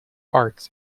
arts